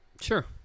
Sure